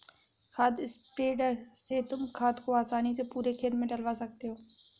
खाद स्प्रेडर से तुम खाद को आसानी से पूरे खेत में डलवा सकते हो